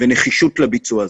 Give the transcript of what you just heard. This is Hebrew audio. ונחישות בביצוע.